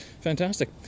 fantastic